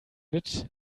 mit